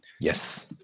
Yes